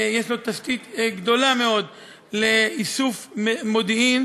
יש לו תשתית גדולה מאוד לאיסוף מודיעין,